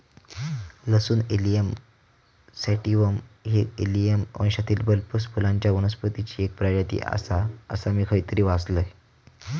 लसूण allium sativum ही allium वंशातील बल्बस फुलांच्या वनस्पतीची एक प्रजाती आसा, असा मी खयतरी वाचलंय